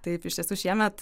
taip iš tiesų šiemet